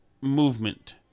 movement